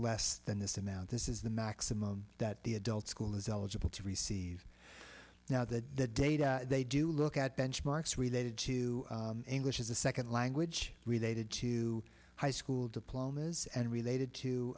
less than this amount this is the maximum that the adult school is eligible to receive now that the data they do look at benchmarks related to english is a second language related to high school diplomas and related